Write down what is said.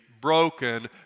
broken